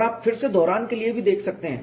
और आप फिर से दोहरान के लिए भी देख सकते हैं